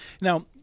Now